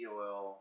oil